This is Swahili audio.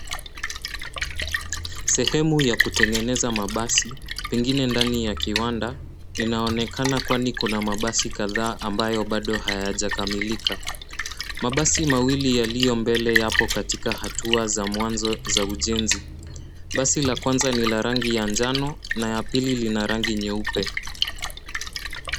Sehemu ya kutengeneza mabasi pengie ndani ya kiwanda inaonekana kwani kuna mabasi kadhaa ambayo bado hayajakamilika. Mabasi mawili yaliyo mbele yapo katika hatua za mwazo za ujenzi. Basi la kwanza bado hayajakamilika. Mabasi mawili yaliyo mbele yapo katika hatua za mwazo za ujenzi. Basi la kwanza ni la rangi ya njano na ya pili lina rangi nyeupe.